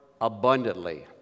abundantly